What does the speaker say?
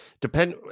depend